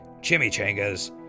chimichangas